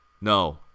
no